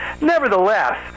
Nevertheless